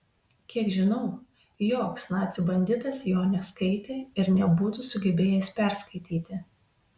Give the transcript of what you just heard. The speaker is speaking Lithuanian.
kiek žinau joks nacių banditas jo neskaitė ir nebūtų sugebėjęs perskaityti